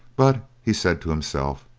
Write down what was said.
but he said to himself,